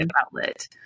outlet